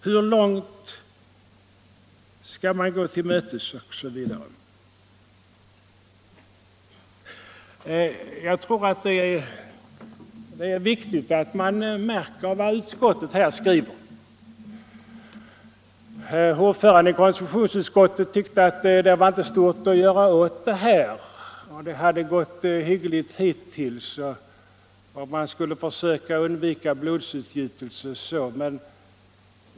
Hur långt skall man gå till mötes? Jag tror att det är viktigt att man lägger märke till vad utskottet här skriver. Ordföranden i konstitutionsutskottet tyckte att det inte var mycket att göra åt det här, det hade gått hyggligt hittills och man skulle försöka undvika blodsutgjutelse.